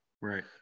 Right